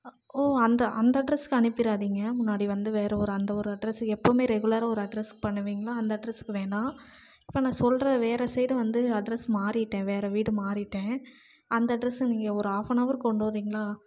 ஓ அந்த அந்த அட்ரஸ்க்கு அனுப்பிடாதீங்க முன்னாடி வந்து வேற ஒரு அந்த ஒரு அட்ரஸ் எப்போவுமே ரெகுலராக ஒரு அட்ரஸ்க்கு பண்ணுவீங்களா அந்த அட்ரஸ்க்கு வேணாம் இப்போ நான் சொல்கிற வேற சைடு வந்து அட்ரஸ் மாறிட்டேன் வேற வீடு மாறிட்டேன் அந்த அட்ரஸ்க்கு நீங்கள் ஒரு ஹாஃபனவர் கொண்டு வரீங்களா